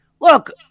look